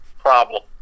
problem